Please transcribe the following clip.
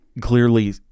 clearly